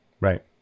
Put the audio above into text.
right